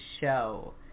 show